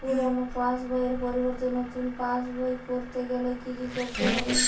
পুরানো পাশবইয়ের পরিবর্তে নতুন পাশবই ক রতে গেলে কি কি করতে হবে?